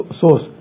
source